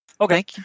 Okay